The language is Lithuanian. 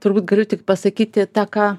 turbūt galiu tik pasakyti tą ką